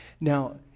Now